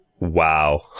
Wow